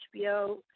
hbo